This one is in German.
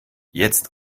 jetzt